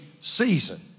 season